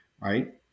right